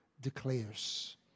declares